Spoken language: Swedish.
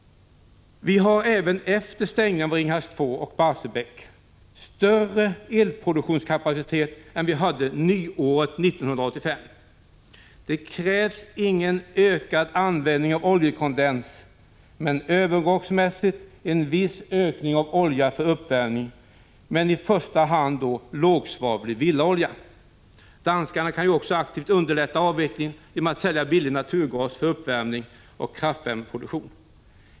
Vi har även efter stängningen av Ringhals 2 och Barsebäck större elproduktionskapacitet än vad vi hade nyåret 1985. Det krävs ingen ökad användning av oljekondenskraft men övergångsmässigt en viss ökning av olja för uppvärmning, dock i första hand lågsvavlig villaolja. Danskarna kan också aktivt underlätta avvecklingen genom att sälja billig naturgas för uppvärmning och kraftvärmeproduktion.